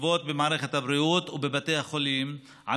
תקוות במערכת הבריאות ובבתי החולים על